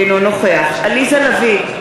אינו נוכח עליזה לביא,